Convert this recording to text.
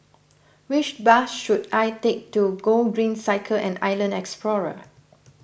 which bus should I take to Gogreen Cycle and Island Explorer